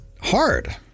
hard